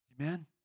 Amen